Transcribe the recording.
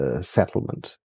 settlement